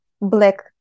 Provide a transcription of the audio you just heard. black